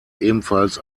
ebenfalls